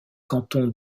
cantons